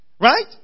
Right